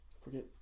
forget